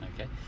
okay